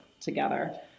together